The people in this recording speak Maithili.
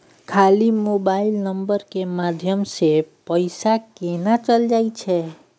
खाली मोबाइल नंबर के माध्यम से पैसा केना चल जायछै?